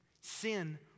Sin